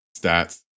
stats